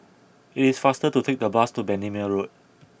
it is faster to take the bus to Bendemeer Road